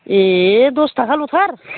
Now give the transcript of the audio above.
ए दस थाखाल'थार